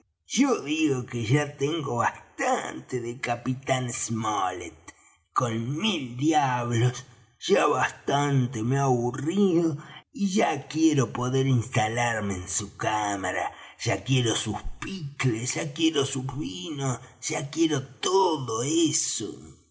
yo digo que ya tengo bastante de capitán smollet con mil diablos ya bastante me ha aburrido y ya quiero poder instalarme en su cámara ya quiero sus pickles ya quiero sus vinos ya quiero todo eso